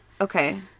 Okay